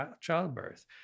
childbirth